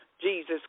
Jesus